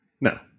no